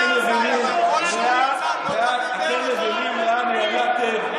אתם מבינים לאן הגעתם?